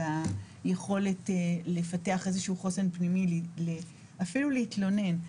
ביכולת לפתח איזשהו חוסן פנימי אפילו להתלונן.